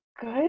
Good